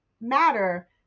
matter